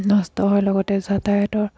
নষ্ট হয় লগতে যাতায়তৰ